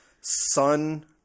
sun